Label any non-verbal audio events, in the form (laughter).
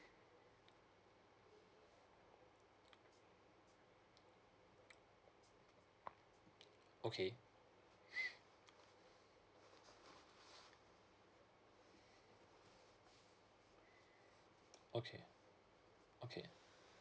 okay (breath) okay okay